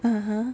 (uh huh)